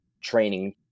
training